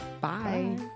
Bye